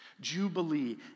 Jubilee